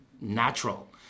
natural